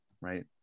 right